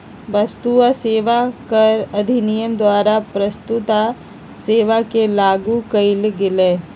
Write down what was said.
वस्तु आ सेवा कर अधिनियम द्वारा वस्तु आ सेवा कर के लागू कएल गेल